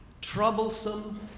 troublesome